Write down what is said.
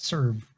Serve